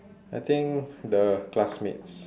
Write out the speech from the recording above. I think the classmates